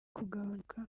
kugabanuka